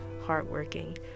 hardworking